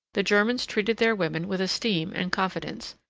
the germans treated their women with esteem and confidence,